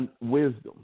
wisdom